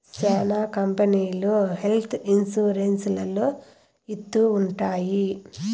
శ్యానా కంపెనీలు health insurance లలో ఇత్తూ ఉంటాయి